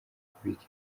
kubika